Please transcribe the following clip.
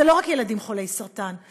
אלה לא רק ילדים חולי סרטן.